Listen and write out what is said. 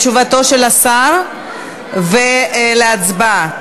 אנחנו עוברים להצעת החוק הבאה ומייד עוברים לתשובתו של השר ולהצבעה,